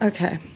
Okay